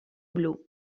blu